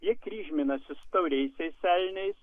jie kryžminasi su tauriaisiais elniais